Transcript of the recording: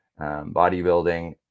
bodybuilding